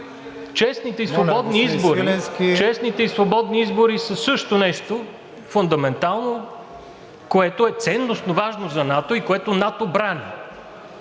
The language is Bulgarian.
Честните и свободни избори са също нещо фундаментално, което е ценностно важно за НАТО и което НАТО брани.